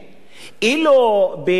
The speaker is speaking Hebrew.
במגזר הערבי,